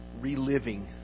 reliving